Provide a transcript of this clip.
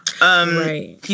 Right